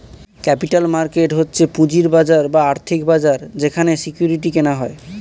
capital market হচ্ছে পুঁজির বাজার বা আর্থিক বাজার যেখানে সিকিউরিটি কেনা হয়